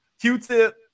Q-Tip